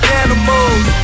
animals